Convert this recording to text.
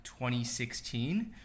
2016